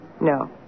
No